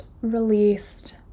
released